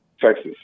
Texas